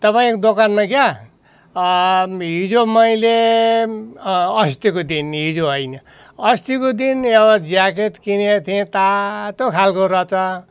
तपाईँको दोकानमा क्या हिजो मैले अस्तिको दिन हिजो होइन अस्तिको दिन एउटा ज्याकेट किनेको थिएँ तातो खालको रहेछ